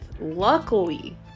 Luckily